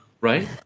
right